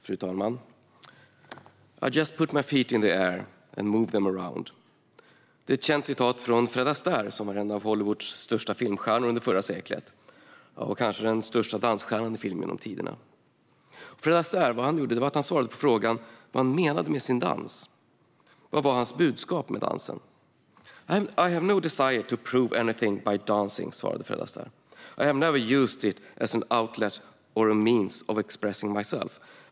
Fru talman! "I just put my feet in the air and move them around." Det är ett känt citat från Fred Astaire, som var en av Hollywoods största filmstjärnor under förra seklet och kanske den största dansstjärnan på film genom tiderna. Fred Astaire svarade på vad han menade med sin dans. Vad var hans budskap med dansen? "I have no desire to prove anything by dancing", svarade Fred Astaire. "I have never used it as an outlet or a means of expressing myself.